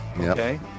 Okay